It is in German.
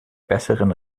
besseren